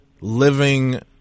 living